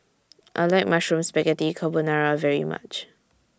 I like Mushroom Spaghetti Carbonara very much